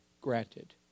granted